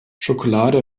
schokolade